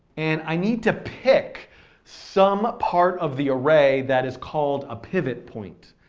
and i need to pick some part of the array that is called a pivot point.